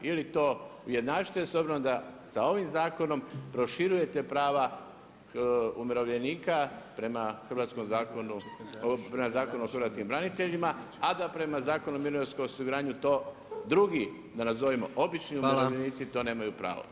Ili to ujednačite s obzirom da s ovim zakonom proširujete prava umirovljenika prema Zakonu o hrvatskim braniteljima a da prema Zakonu o mirovinskom osiguranju to drugi da nazovimo obični umirovljenici to nemaju pravo.